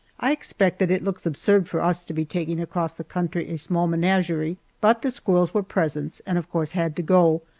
i expect that it looks absurd for us to be taking across the country a small menagerie, but the squirrels were presents, and of course had to go,